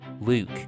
Luke